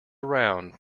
around